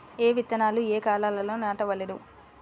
ఏ విత్తనాలు ఏ కాలాలలో నాటవలెను?